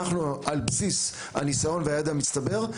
על בסיס הניסיון והידע המצטבר,